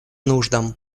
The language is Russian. нуждам